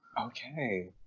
Okay